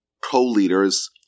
co-leaders